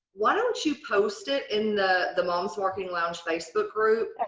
why don't you post it in the the mom's marketing lounge facebook groups?